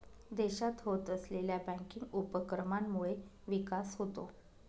देशात होत असलेल्या बँकिंग उपक्रमांमुळे विकास होतो